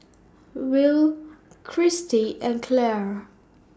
Will Christie and Claire